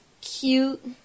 cute